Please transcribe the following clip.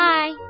Bye